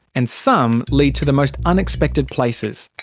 and some lead to the most unexpected places.